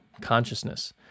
consciousness